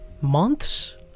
Months